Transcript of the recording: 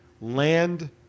land